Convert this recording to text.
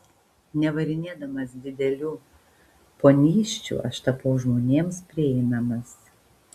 nevarinėdamas didelių ponysčių aš tapau žmonėms prieinamas